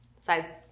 Size